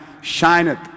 Shineth